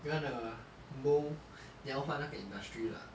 you wanna mo~ 你要换那个 industry lah